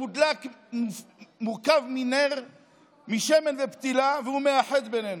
שמורכב משמן ופתילה, והוא מאחד בינינו,